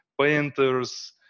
painters